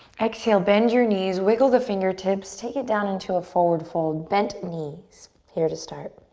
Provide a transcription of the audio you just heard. exhale, bend your knees, wiggle the fingertips, take it down into a forward fold, bent knees here to start.